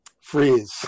Freeze